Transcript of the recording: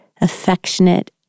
affectionate